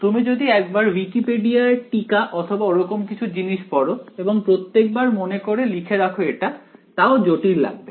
তুমি যদি একবার উইকিপিডিয়া এর টিকা অথবা ওরকম কিছু জিনিস পড়ো এবং প্রত্যেকবার মনে করে লিখে রাখো এটা তাও জটিল লাগবে